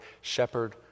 shepherd